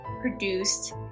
produced